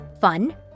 fun